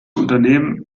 unternehmen